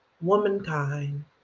womankind